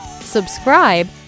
subscribe